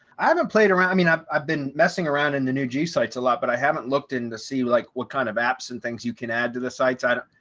i haven't played around. i mean, i've i've been messing around in the new g sites a lot. but i haven't looked into see like what kind of apps and things you can add to the sites i don't,